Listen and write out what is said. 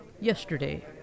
Yesterday